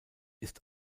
ist